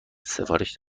سفارش